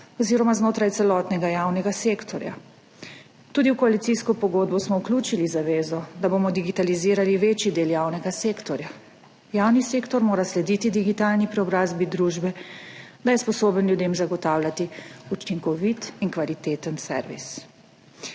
oziroma znotraj celotnega javnega sektorja. Tudi v koalicijsko pogodbo smo vključili zavezo, da bomo digitalizirali večji del javnega sektorja. Javni sektor mora slediti digitalni preobrazbi družbe, da je sposoben ljudem zagotavljati učinkovit in kvaliteten servis.